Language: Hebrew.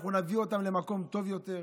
אנחנו נביא אותם למקום טוב יותר,